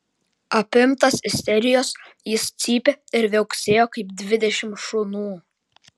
apimtas isterijos jis cypė ir viauksėjo kaip dvidešimt šunų